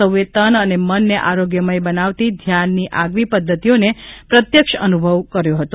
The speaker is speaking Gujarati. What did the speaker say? સૌએ તન અને મનને આરોગ્યમય બનાવતી ધ્યાનની આગવી પદ્ધતિઓને પ્રત્યક્ષ અનુભવ કર્યો હતો